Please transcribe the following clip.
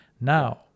Now